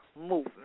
movement